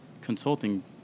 consulting